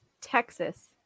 Texas